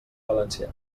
valencià